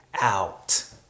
out